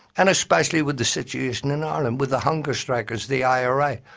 and especially with the situation in ireland, with the hunger strikers, the ira.